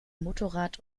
motorrad